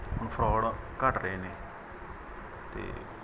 ਹੁਣ ਫਰੋਡ ਘੱਟ ਰਹੇ ਨੇ ਅਤੇ